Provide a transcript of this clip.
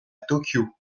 tokyo